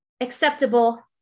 acceptable